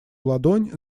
ладонь